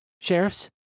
Sheriffs